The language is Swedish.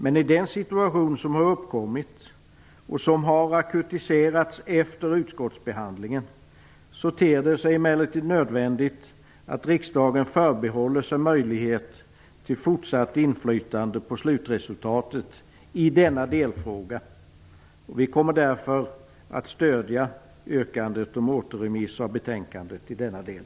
Men i den situation som har uppkommit, och som har blivit akut efter utskottsbehandlingen, ter det sig emellertid nödvändigt att riksdagen förbehåller sig möjligheten till fortsatt inflytande på slutresultatet i denna delfråga. Vi kommer därför att stödja yrkandet om återremiss av betänkandet i denna del.